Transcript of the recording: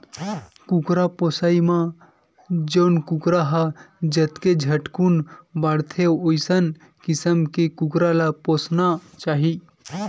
कुकरा पोसइ म जउन कुकरा ह जतके झटकुन बाड़थे वइसन किसम के कुकरा ल पोसना चाही